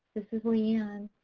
this is leigh ann.